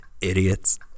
Idiots